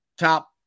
Top